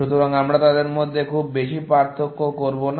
সুতরাং আমরা তাদের মধ্যে খুব বেশি পার্থক্য করব না